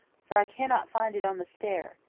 for i cannot find it on the stair.